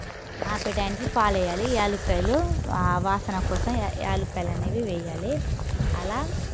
ఆపేటయానికి పాలు వేయాలి యాలక్కాయలు వాసన కోసం యాలక్కాయలు అనేవి వేయాలి అలా